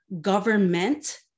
government